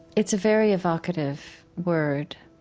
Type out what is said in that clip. it's a very evocative word,